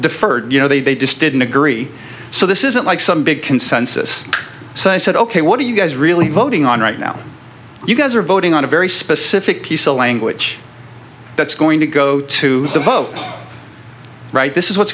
deferred you know they just didn't agree so this isn't like some big consensus so i said ok what are you guys really voting on right now you guys are voting on a very specific piece a language that's going to go to the vote right this is what's